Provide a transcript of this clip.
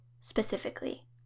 specifically